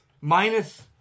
Minus